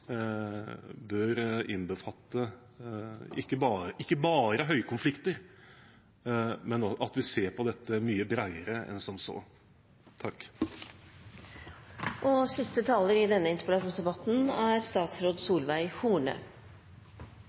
bør innbefatte ikke bare høykonflikter, men at vi ser på dette mye bredere enn som så. Jeg er veldig glad for at representanten Bekkevold er